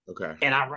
Okay